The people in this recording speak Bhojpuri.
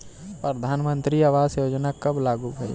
प्रधानमंत्री आवास योजना कब लागू भइल?